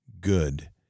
good